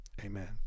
Amen